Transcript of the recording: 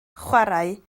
chwarae